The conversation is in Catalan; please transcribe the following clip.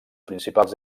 principals